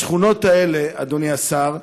בשכונות האלה, אדוני השר,